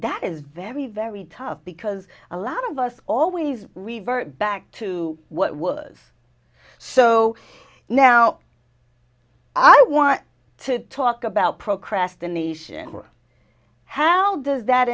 that is very very tough because a lot of us always revert back to what worth so now i want to talk about procrastination how does that